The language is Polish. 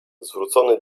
zwrócony